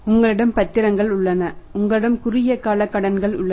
உங்களிடம் பத்திரங்கள் உள்ளன உங்களிடம் குறுகிய கால கடன்கள் உள்ளன